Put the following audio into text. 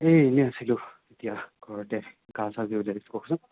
এই এনেই আছিলোঁ এতিয়া ঘৰতে গা চা কওকচোন